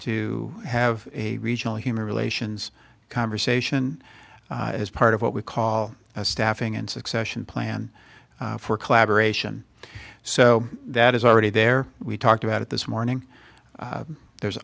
to have a regional human relations conversation as part of what we call a staffing and succession plan for collaboration so that is already there we talked about it this morning there's